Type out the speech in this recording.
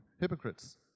hypocrites